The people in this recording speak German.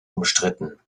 umstritten